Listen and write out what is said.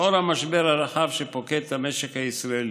לאור המשבר הרחב שפוקד את המשק הישראלי,